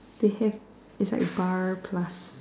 they have it's like bar plus